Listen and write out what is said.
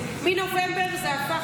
מנובמבר זה הפך